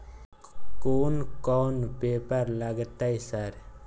कोन कौन पेपर लगतै सर?